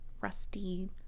rusty